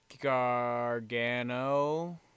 Gargano